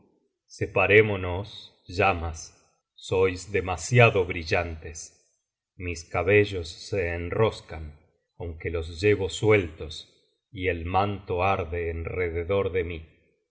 separémonos llamas sois demasiado brillantes mis cabellos se enroscan aunque los llevo sueltos y el manto arde enrededor de mí